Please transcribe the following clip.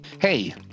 hey